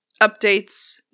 updates